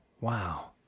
wow